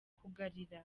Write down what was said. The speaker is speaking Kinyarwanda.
kugarira